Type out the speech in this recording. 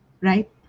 Right